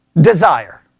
desire